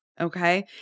Okay